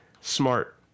smart